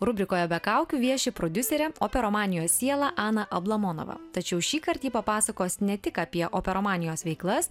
rubrikoje be kaukių vieši prodiuserė operomanijos siela ana ablamonova tačiau šįkart ji papasakos ne tik apie operomanijos veiklas